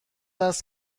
است